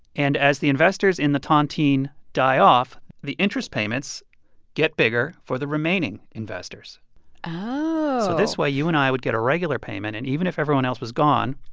and as the investors in the tontine die off, the interest payments get bigger for the remaining investors oh so this way, you and i would get a regular payment. and even if everyone else was gone,